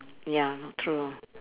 ya true